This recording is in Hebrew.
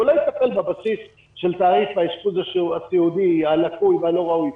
הוא לא יטפל בבסיס של תעריף האשפוז הסיעודי הלקוי והלא ראוי.